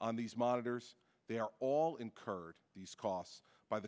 on these monitors they are all incurred these costs by the